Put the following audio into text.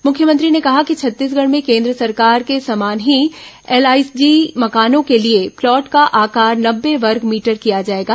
मुख्यमंत्री ने कहा कि छत्तीसगढ़ में केन्द्र सरकार के समान ही एलआईजी मकानों के लिए प्लाट का आकार नब्बे वर्ग मीटर किया जाएगा